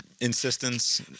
insistence